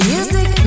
Music